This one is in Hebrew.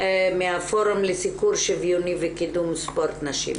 מהפורום לסיקור שוויוני וקידום ספורט נשים.